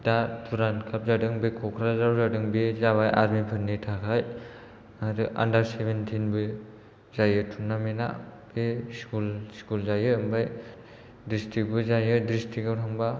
दा दुरान्ड काप जादों बे कक्राझाराव जादों बे जाबाय आर्मि फोरनि थाखाय आरो आन्दार सेबेन्तिन बो जायो टुर्नामेन्ता बे स्कुल स्कुल जायो ओमफ्राय दिस्त्रिक बो जायो द्रिस्तिकाव थांबा